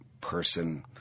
person